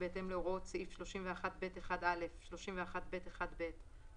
למרות שהנוסח באופן חד-משמעי אומר את זה.